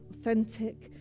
authentic